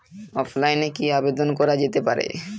অফলাইনে কি আবেদন করা যেতে পারে?